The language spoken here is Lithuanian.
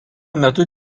metu